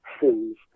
sins